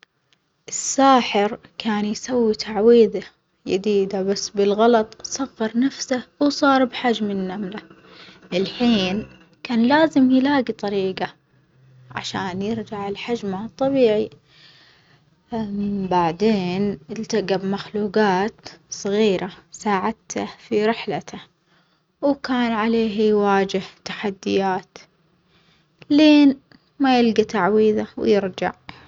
الساحر كان يسوي تعويذة يديدة بس بالغلط صغر نفسه وصار بحجم النملة، الحين كان لازم يلاجي طريقة عشان يرجع لحجمه الطبيعي، بعدين التجى بمخلوجات صغيرة ساعدته في رحلته وكان عليه يواجه تحديات لين ما يلجى تعويذة ويرجع.